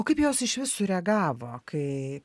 o kaip jos išvis sureagavo kai